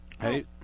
Hey